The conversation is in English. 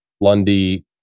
Lundy